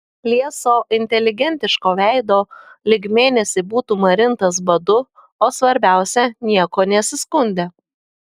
lieso inteligentiško veido lyg mėnesį būtų marintas badu o svarbiausia niekuo nesiskundė